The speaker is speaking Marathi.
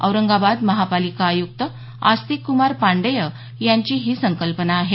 औरंगाबाद महापालिका आयुक्त आस्तिकक्मार पांड्ये यांची ही संकल्पना आहे